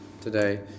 today